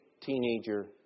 teenager